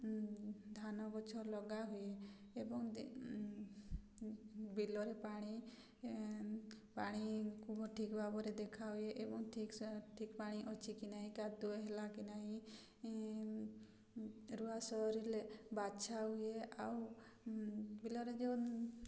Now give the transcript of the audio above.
ଧାନ ଗଛ ଲଗାହୁଏ ଏବଂ ବିଲରେ ପାଣି ପାଣିକୁ ଠିକ୍ ଭାବରେ ଦେଖାହୁଏ ଏବଂ ଠିକ୍ ପାଣି ଅଛି କି ନାହିଁ କାଦୁଅ ହେଲା କି ନାହିଁ ରୁଆ ସରିଲେ ବଛା ହୁଏ ଆଉ ବିଲରେ ଯେଉଁ